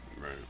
Right